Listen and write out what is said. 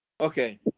Okay